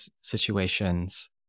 situations